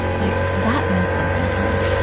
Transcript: like that meant something to me.